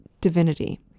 divinity